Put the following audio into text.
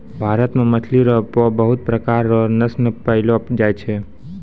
भारत मे मछली रो पबहुत प्रकार रो नस्ल पैयलो जाय छै